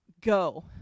go